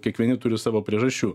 kiekvieni turi savo priežasčių